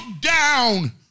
down